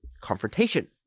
confrontation